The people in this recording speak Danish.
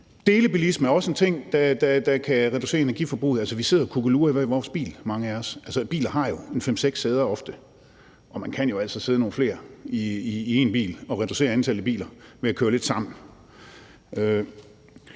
Delebilisme er også en ting, der kan reducere energiforbruget. Mange af os sidder og kukkelurer i hver vores bil. Altså, biler har ofte fem-seks sæder, og man kan jo sidde nogle flere i én bil og reducere antallet af biler ved at køre lidt sammen.